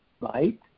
right